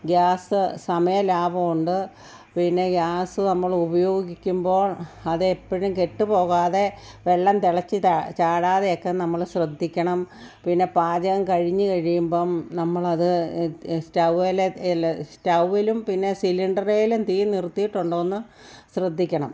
gas സമയം ലാഭമുണ്ട് പിന്നെ ഗ്യാസ് നമ്മൾ ഉപയോഗിക്കുമ്പോൾ അത് എപ്പോഴും കേട്ട് പോകാതെ വെള്ളം തിളച്ച് ചാടാതെയോക്കെ നമ്മൾ ശ്രദ്ധിക്കണം പിന്നെ പാചകം കഴിഞ്ഞ് കഴിയുമ്പം നമ്മളത് സ്റ്റവേൽ എല്ലാ സ്റ്റവിലും പിന്നെ സിലിണ്ടറിലും തീ നിർത്തിയിട്ടുണ്ടോന്ന് ശ്രദ്ധിക്കണം